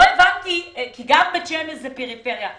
גם בית שמש זה פריפריה.